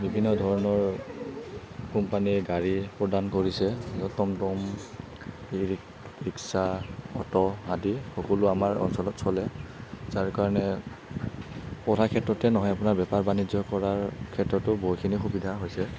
বিভিন্ন ধৰণৰ কোম্পানীৰ গাড়ী প্ৰদান কৰিছে টম টম ই ৰিক্সা অট' আদি সকলো আমাৰ অঞ্চলত চলে যাৰ কাৰণে পঢ়াৰ ক্ষেত্ৰতে নহয় আপোনাৰ বেপাৰ বাণিজ্য কৰাৰ ক্ষেত্ৰতো বহুতখিনি সুবিধা হৈছে